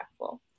impactful